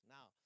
Now